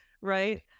right